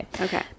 Okay